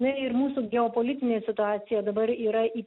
na ir mūsų geopolitinė situacija dabar yra